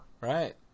Right